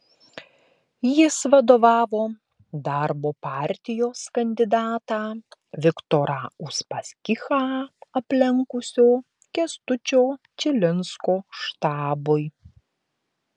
jis vadovavo darbo partijos kandidatą viktorą uspaskichą aplenkusio kęstučio čilinsko štabui